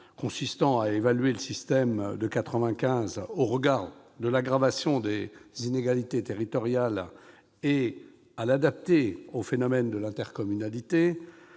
consistant à évaluer le système de 1995 au regard de l'aggravation des inégalités territoriales et à l'adapter au phénomène de l'intercommunalité,